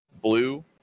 Blue